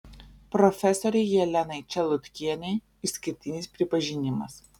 profesorei jelenai čelutkienei išskirtinis pripažinimas